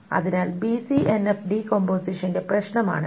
അതിനാൽ ബിസിഎൻഎഫ് ഡികമ്പോസിഷന്റെ പ്രശ്നമാണിത്